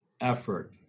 effort